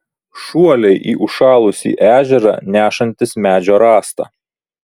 šuoliai į užšalusį ežerą nešantis medžio rąstą